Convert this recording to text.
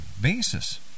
basis